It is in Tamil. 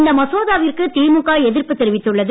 இந்த மசோதாவிற்கு திமுக எதிர்ப்பு தெரிவித்துள்ளது